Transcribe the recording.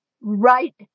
right